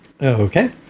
Okay